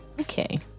Okay